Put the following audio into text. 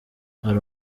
hari